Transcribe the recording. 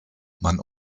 man